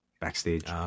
backstage